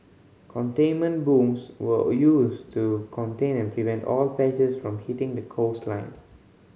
containment booms were used to contain and prevent oil patches from hitting the coastlines